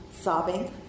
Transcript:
sobbing